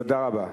תודה רבה.